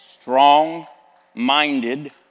Strong-minded